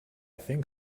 think